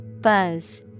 buzz